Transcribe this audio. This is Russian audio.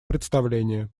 представление